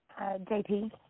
JP